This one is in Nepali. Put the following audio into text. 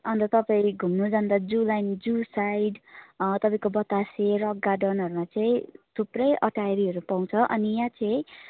अन्त तपाईँले घुम्नु जाँदा जू लाइन जू साइड तपाईँको बतासे रक गार्डनहरूमा चाहिँ थुप्रै अटायरहरू पाउँछ अनि यहाँ चाहिँ